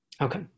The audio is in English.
Okay